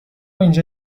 اینجا